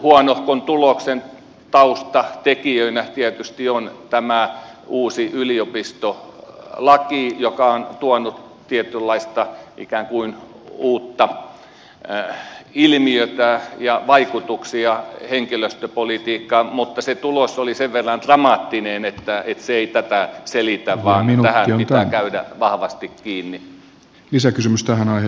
tämän huonohkon tuloksen taustatekijöinä tietysti on tämä uusi yliopistolaki joka on tuonut tietynlaista ikään kuin uutta ilmiötä ja vaikutuksia henkilöstöpolitiikkaan mutta se tulos oli sen verran dramaattinen että se ei tätä selitä vaan tähän pitää käydä vahvasti kiinni